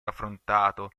affrontato